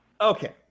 Okay